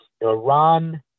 Iran